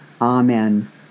Amen